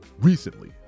Recently